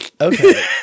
okay